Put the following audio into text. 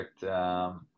perfect